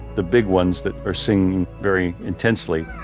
the big ones that are singing very intensely.